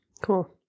Cool